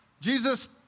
Jesus